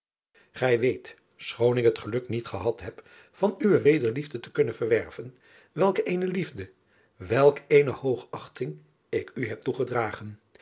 ij weet schoon ik het geluk niet gehad heb van uwe wederliefde te kunnen verwerven welk eene liefde welk eene hoogachting ik u heb toegedragen